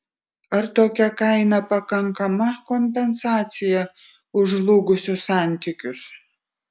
ar tokia kaina pakankama kompensacija už žlugusius santykius